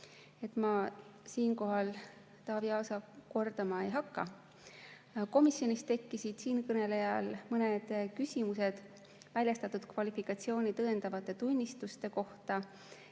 Ma siinkohal Taavi Aasa kordama ei hakka. Komisjonis tekkisid siinkõnelejal mõned küsimused väljastatud kvalifikatsiooni tõendavate tunnistuste kohta,